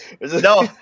no